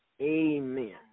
Amen